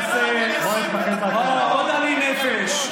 עוד עדין נפש.